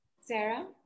Sarah